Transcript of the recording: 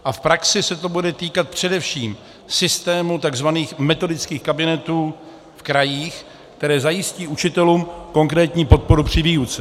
A v praxi se to bude týkat především systému tzv. metodických kabinetů v krajích, které zajistí učitelům konkrétní podporu při výuce.